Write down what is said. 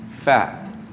fat